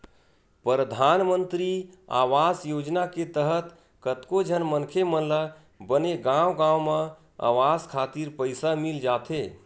परधानमंतरी आवास योजना के तहत कतको झन मनखे मन ल बने गांव गांव म अवास खातिर पइसा मिल जाथे